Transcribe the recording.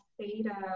theta